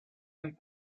and